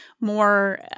more